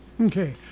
okay